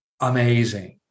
amazing